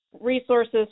Resources